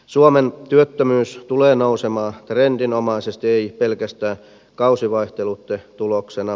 suomen työttömyys tulee nousemaan trendinomaisesti ei pelkästään kausivaihteluitten tuloksena